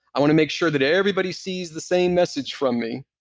i want to make sure that everybody sees the same message from me.